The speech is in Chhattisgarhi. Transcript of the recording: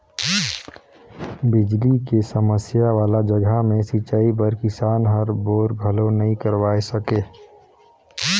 बिजली के समस्या वाला जघा मे सिंचई बर किसान हर बोर घलो नइ करवाये सके